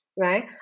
Right